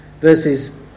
Verses